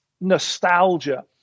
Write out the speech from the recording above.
nostalgia